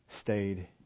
stayed